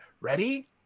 ready